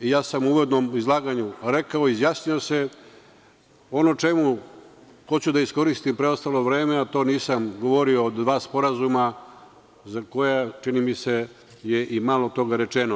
U uvodnom izlaganju sam rekao i izjasnio se ono o čemu hoću da iskoristim preostalo vreme, a to nisam govorio o dva sporazuma za koja čini mi se je i malo toga rečeno.